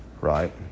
right